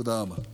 תודה רבה.